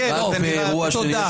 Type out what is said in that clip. תודה.